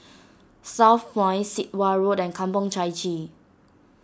Southpoint Sit Wah Road and Kampong Chai Chee